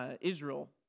Israel